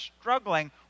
struggling